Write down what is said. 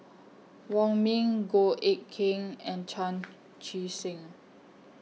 Wong Ming Goh Eck Kheng and Chan Chee Seng